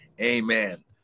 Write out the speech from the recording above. Amen